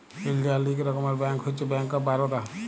ইলডিয়াল ইক রকমের ব্যাংক হছে ব্যাংক অফ বারদা